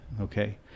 Okay